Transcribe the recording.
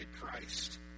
Christ